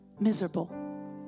miserable